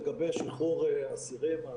לגבי שחרור אסירים,